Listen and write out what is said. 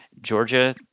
Georgia